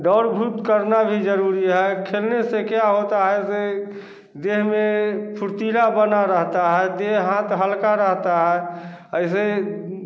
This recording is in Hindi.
दौड़ धुप करना भी ज़रूरी है खेलने से क्या होता है जैसे देह में फुर्तीला बना रहता है देहत हल्का बना रहता है और इसे